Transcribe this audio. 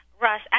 Russ